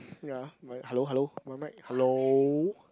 ya my hello hello my mic hello